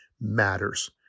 matters